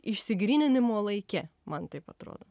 išsigryninimo laike man taip atrodo